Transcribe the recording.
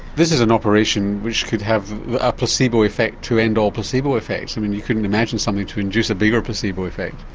this is an operation which could have a placebo effect to end all placebo effects you couldn't imagine something to induce a bigger placebo effect.